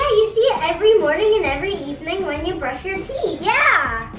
ah you see it every morning and every evening when you brush your teeth. yeah,